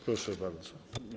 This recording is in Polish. Proszę bardzo.